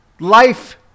Life